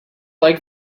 like